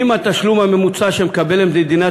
הוא אומר כך: "אם התשלום הממוצע שמקבלת מדינת